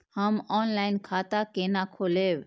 हम ऑनलाइन खाता केना खोलैब?